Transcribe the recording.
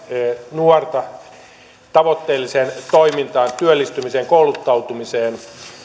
nuorta tavoitteelliseen toimintaan työllistymiseen kouluttautumiseen